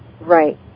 right